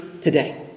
today